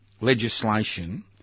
legislation